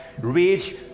Reach